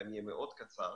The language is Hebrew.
ואני אהיה מאוד קצר,